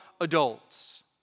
adults